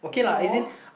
no